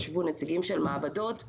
ישבו נציגים של מעבדות --- טוב,